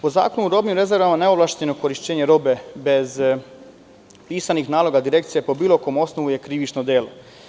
Po Zakonu o robnim rezervama, neovlašćeno korišćenje robe bez pisanih naloga Direkcije po bilo kom osnovu je krivično delo.